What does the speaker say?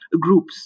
groups